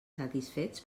satisfets